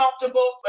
comfortable